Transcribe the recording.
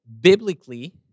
biblically